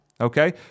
Okay